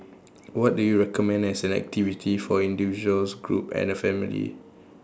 what do you recommend as an activity for individuals group and family